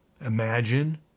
Imagine